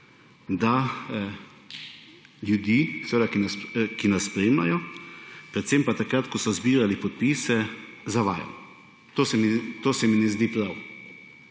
da ljudi, ki nas spremljajo, predvsem pa takrat, ko so zbirali podpise, zavajajo. To se mi ne zdi prav.